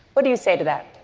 what do you say to that?